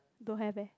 don't have eh